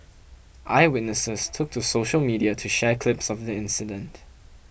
eyewitnesses took to social media to share clips of the incident